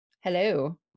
Hello